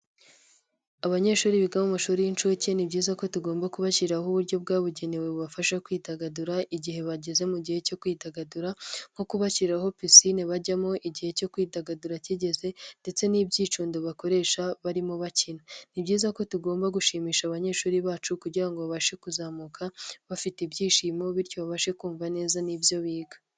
Abanyeshuri biga mu mashuri y'incuke. Ni byiza ko tugomba kubashyiriraho uburyo bwabugenewe bubafasha kwidagadura, igihe bageze mu gihe cyo kwidagadura nko kubashyiraho pisine bajyamo, igihe cyo kwidagadura kigeze ndetse n'ibyicundo bakoresha barimo bakina. Ni byiza ko tugomba gushimisha abanyeshuri bacu kugira ngo babashe kuzamuka bafite ibyishimo bityo babashe kumva neza n'ibyo biga.